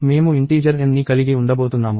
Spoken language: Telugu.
మేము ఇంటీజర్ nని కలిగి ఉండబోతున్నాము